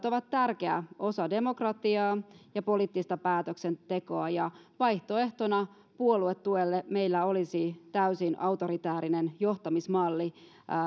ovat tärkeä osa demokratiaa ja poliittista päätöksentekoa ja vaihtoehtona puoluetuelle meillä olisi täysin autoritaarinen johtamismalli